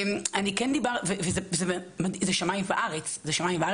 זה שמיים וארץ.